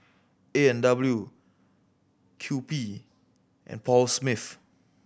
A and W Kewpie and Paul Smith